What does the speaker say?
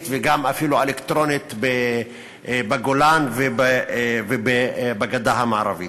וגם אפילו אלקטרונית בגולן ובגדה המערבית.